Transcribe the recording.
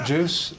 Juice